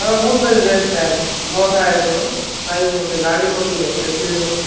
हा बूट बेस्ट आहे मोठा आहे तो साईज मोठी गाडी मोठी आहे एस यु वीमध्ये